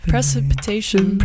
Precipitation